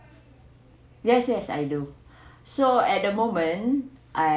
yes yes I do so at the moment I